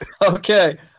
okay